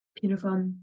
Beautiful